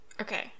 okay